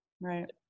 right